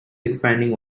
expanding